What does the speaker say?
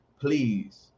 please